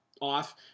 off